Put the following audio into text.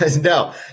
no